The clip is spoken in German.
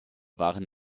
waren